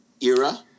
era